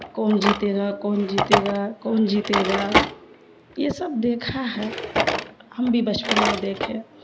کون جیتے گا کون جیتے گا کون جیتے گا یہ سب دیکھا ہے ہم بھی بچپن میں دیکھے